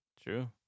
True